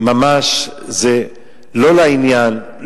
ממש לא לעניין.